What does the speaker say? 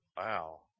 Wow